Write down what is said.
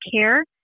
care